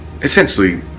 essentially